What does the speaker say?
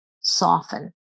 soften